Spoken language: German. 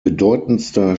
bedeutendster